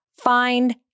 find